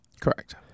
Correct